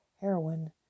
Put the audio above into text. heroin